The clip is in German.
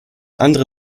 andere